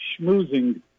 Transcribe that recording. schmoozing